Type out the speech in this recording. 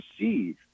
receive